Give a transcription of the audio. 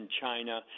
China